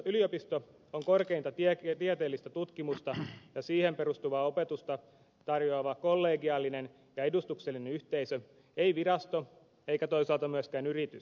yliopisto on korkeinta tieteellistä tutkimusta ja siihen perustuvaa opetusta tarjoava kollegiaalinen ja edustuksellinen yhteisö ei virasto eikä toisaalta myöskään yritys